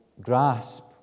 grasp